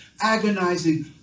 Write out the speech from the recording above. agonizing